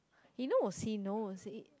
you know was he know was it